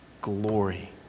glory